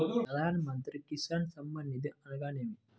ప్రధాన మంత్రి కిసాన్ సన్మాన్ నిధి అనగా ఏమి?